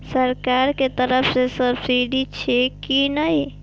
सरकार के तरफ से सब्सीडी छै कि नहिं?